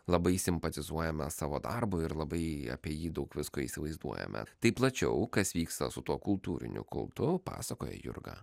labai simpatizuojame savo darbui ir labai apie jį daug visko įsivaizduojame tai plačiau kas vyksta su tuo kultūriniu kultu pasakoja jurga